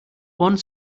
one